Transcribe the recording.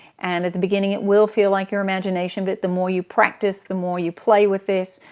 and at the beginning it will feel like your imagination, but the more you practice, the more you play with this,